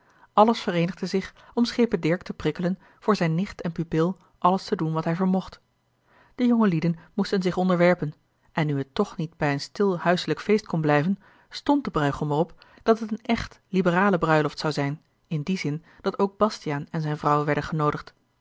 alles vereenigde zich om schepen dirk te prikkelen voor zijne nicht en pupil alles te doen wat hij vermocht de jongelieden moesten zich onderwerpen en nu het toch niet bij een stil huiselijk feest kon blijven stond de bruigom er op dat het een echt liberale bruiloft zou zijn in dien zin dat ook bastiaan en zijne vrouw werden genoodigd